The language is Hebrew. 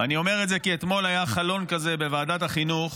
ואני אומר את זה כי אתמול היה חלון כזה בוועדת החינוך